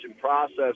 process